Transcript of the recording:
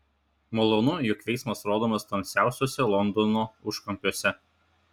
malonu jog veiksmas rodomas tamsiausiuose londono užkampiuose